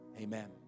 amen